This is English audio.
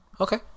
okay